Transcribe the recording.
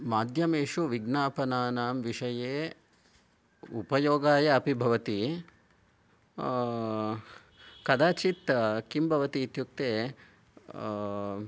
माध्यमेषु विज्ञापनानां विषये उपयोगाय अपि भवति कदाचित् किं भवति इत्युक्ते